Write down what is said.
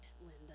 Linda